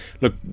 Look